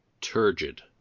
Turgid